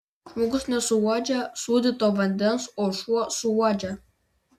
žmogus nesuuodžia sūdyto vandens o šuo suuodžia